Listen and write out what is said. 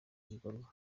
gikorwa